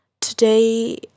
today